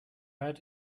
add